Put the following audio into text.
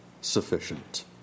sufficient